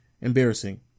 Embarrassing